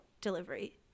delivery